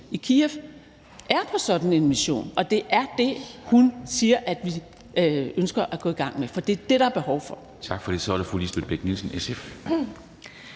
i Kyiv, er på sådan en mission, og at det er det, hun siger at vi ønsker at gå i gang med, for det er det, der er behov for.